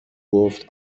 گفت